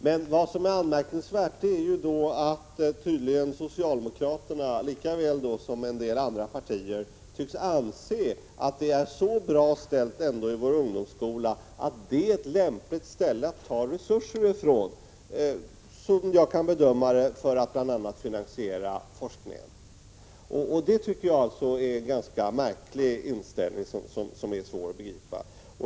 Men det anmärkningsvärda är att socialdemokraterna liksom en del andra partier tycks anse att det ändå är så bra ställt i vår ungdomsskola att den är ett lämpligt ställe att ta resurser ifrån för att, såvitt jag kan bedöma det, bl.a. finansiera forskningen. Det tycker jag är en märklig inställning som är svår att begripa.